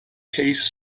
taste